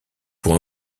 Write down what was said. pour